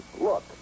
Look